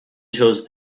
chose